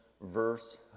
verse